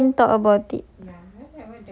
but they didn't talk about it